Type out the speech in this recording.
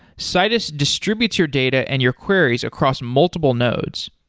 citus distributes your data and your queries across multiple nodes.